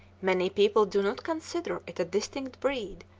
many people do not consider it a distinct breed,